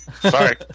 Sorry